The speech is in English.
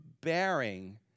bearing